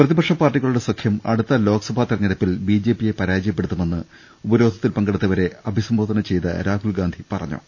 പ്രതിപക്ഷപാർട്ടികളുടെ സഖ്യം അടുത്ത ലോക്സഭാ തെരഞ്ഞെടുപ്പിൽ ബിജെപിയെ പരാജയപ്പെടുത്തുമെന്ന് ഉപ രോധത്തിൽ പങ്കെടുത്തവരെ അഭിസംബോധന ചെയ്ത രാഹുൽഗാന്ധി പറഞ്ഞു